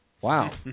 Wow